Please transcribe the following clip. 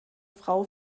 frau